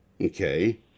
Okay